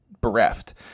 bereft